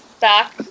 back